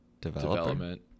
development